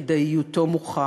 כדאיותו מוכחת,